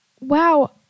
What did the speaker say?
wow